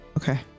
Okay